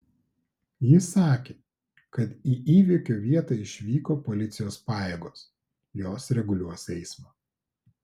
ji sakė kad į įvykio vietą išvyko policijos pajėgos jos reguliuos eismą